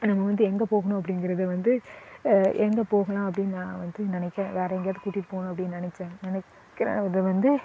நாங்கள் வந்து எங்கே போகணும் அப்படிங்கிறத வந்து எங்கே போகலாம் அப்படின்னு நான் வந்து நினைக்கிறேன் வேறு எங்கேயாவது கூட்டிகிட்டு போகணும் அப்படின்னு நினைச்சேன் நினைக்கிறேன் அது வந்து